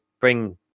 bring